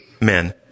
men